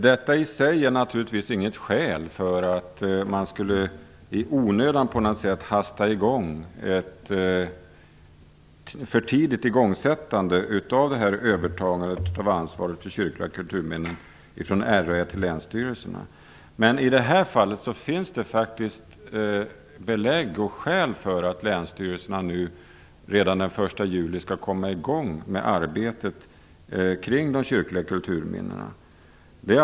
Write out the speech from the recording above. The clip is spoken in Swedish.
Detta är i sig naturligtvis inget skäl för att i onödan hasta i gång med ett för tidigt överförande av ansvaret för kyrkliga kulturminnen från RAÄ till länsstyrelserna, men i det här fallet finns det faktiskt belägg och skäl för att länsstyrelserna redan den 1 juli skall komma i gång med arbetet kring de kyrkliga kulturminnena.